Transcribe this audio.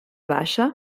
baixa